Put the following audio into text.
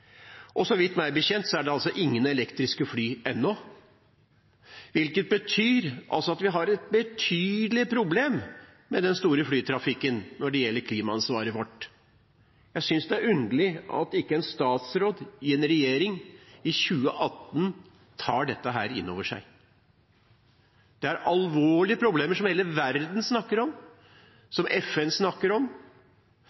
flytrafikken. Så vidt jeg vet, er det altså ingen elektriske fly ennå, hvilket betyr at vi har et betydelig problem med den store flytrafikken med hensyn til klimaansvaret vårt. Jeg synes det er underlig at en statsråd i en regjering i 2018 ikke tar dette inn over seg. Det er alvorlige problemer som hele verden snakker om,